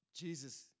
Jesus